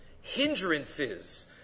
hindrances